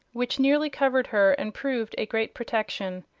which nearly covered her and proved a great protection.